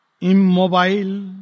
Immobile